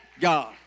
God